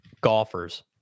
golfers